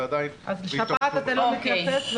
ועדיין --- אז לשפעת אתה לא מתייחס,